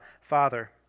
Father